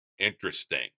Interesting